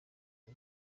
the